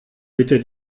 bitte